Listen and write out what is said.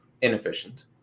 inefficient